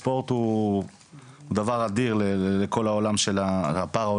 הספורט הוא דבר אדיר לכל העולם של הפרה-אולימפי.